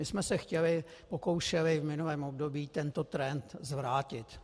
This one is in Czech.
My jsme se pokoušeli v minulém období tento trend zvrátit.